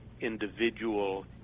individual